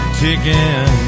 ticking